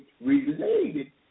related